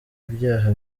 ibyaha